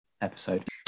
episode